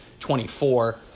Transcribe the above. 24